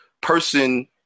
person